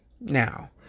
now